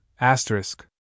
asterisk